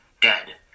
dead